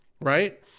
right